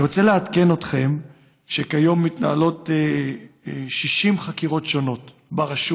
אני רוצה לעדכן אתכם שכיום מתנהלות 60 חקירות שונות ברשות